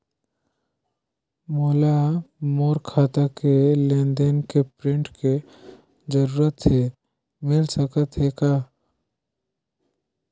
मोला मोर खाता के लेन देन के प्रिंट के जरूरत हे मिल सकत हे का?